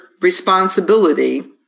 responsibility